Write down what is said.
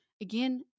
again